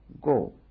go